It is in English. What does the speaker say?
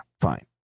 fine